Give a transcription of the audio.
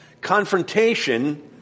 Confrontation